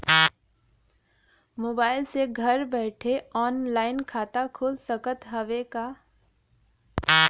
Mobile से घर बैठे ऑनलाइन खाता खुल सकत हव का?